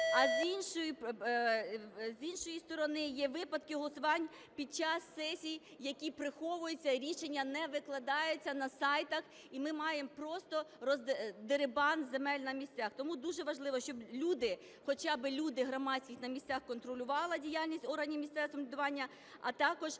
а з іншої сторони є випадки голосувань під час сесій, які приховуються, рішення не викладається на сайтах і ми маємо просто дерибан земель на місцях. Тому дуже важливо, щоб люди, хоча би люди, громадськість на місцях контролювала діяльність органів місцевого самоврядування, а також